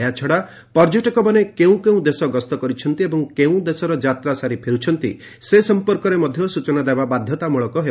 ଏହାଛଡ଼ା ପର୍ଯ୍ୟଟକମାନେ କେଉଁ କେଉଁ ଦେଶ ଗସ୍ତ କରିଛନ୍ତି ଏବଂ କେଉଁ ଦେଶର ଯାତ୍ରା ସାରି ଫେରୁଛନ୍ତି ସେ ସମ୍ପର୍କରେ ସୂଚନା ଦେବା ବାଧ୍ୟତାମୂଳକ ହେବ